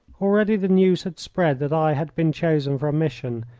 already the news had spread that i had been chosen for a mission,